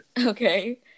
Okay